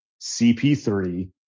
CP3